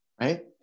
right